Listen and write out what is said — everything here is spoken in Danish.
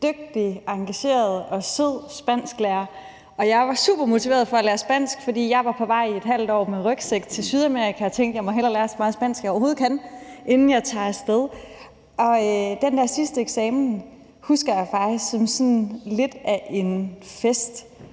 dygtig, engageret og sød spansklærer. Jeg var supermotiveret for at lære spansk, for jeg var på vej med rygsæk til Sydamerika i et halvt år, og jeg tænkte, at jeg hellere måtte lære så meget spansk, som jeg overhovedet kunne, inden jeg tog af sted. Og den der sidste eksamen husker jeg faktisk som lidt af en fest.